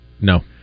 No